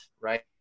right